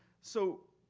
so